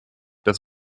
dass